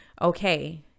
okay